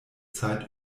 zeit